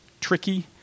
tricky